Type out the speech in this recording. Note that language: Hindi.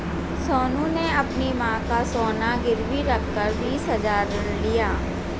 सोनू ने अपनी मां का सोना गिरवी रखकर बीस हजार ऋण लिया